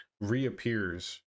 reappears